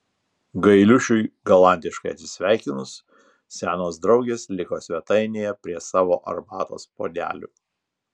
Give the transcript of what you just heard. gailiušiui galantiškai atsisveikinus senos draugės liko svetainėje prie savo arbatos puodelių